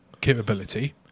capability